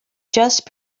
just